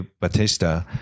Batista